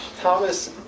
Thomas